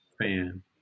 fan